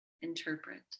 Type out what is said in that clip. interpret